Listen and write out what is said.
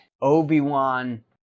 Obi-Wan